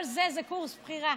כל אלה זה קורס בחירה,